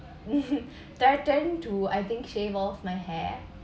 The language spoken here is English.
they tend to shave off my hair